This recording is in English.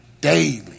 daily